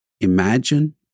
imagine